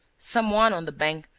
some one, on the bank,